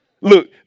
Look